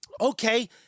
okay